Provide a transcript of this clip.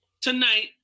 tonight